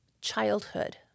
childhood